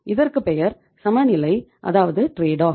இதற்குப் பெயர் சமநிலை அதாவது ட்ரேட் ஆப்